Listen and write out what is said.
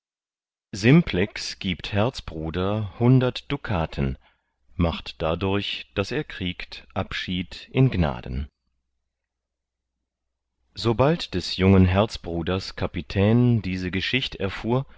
simplex gibt herz bruder hundert dukaten macht dadurch daß er kriegt abschied in gnaden sobald des jungen herzbruders kapitän diese geschicht erfuhr